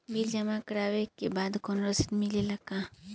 Bill जमा करवले के बाद कौनो रसिद मिले ला का?